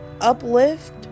uplift